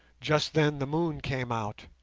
just then the moon came out.